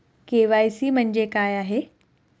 KYC म्हणजे काय आहे?